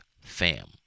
fam